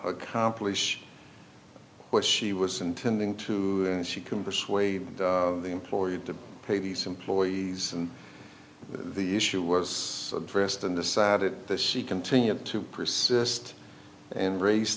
accomplish what she was intending to she can persuade the employer to pay these employees and the issue was pressed and decided that she continued to persist and ra